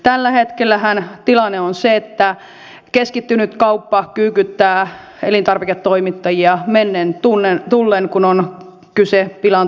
tällä hetkellähän tilanne on se että keskittynyt kauppa kyykyttää elintarviketoimittajia mennen tullen kun on kyse pilaantuvista elintarvikkeista